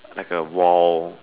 like a wall